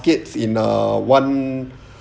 kets in a one